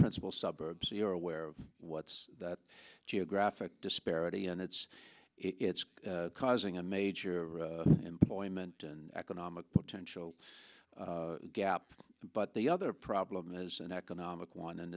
principal suburbs so you're aware of what's geographic disparity and it's it's causing a major employment and economic potential gap but the other problem is an economic one and